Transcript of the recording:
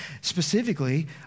specifically